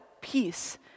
peace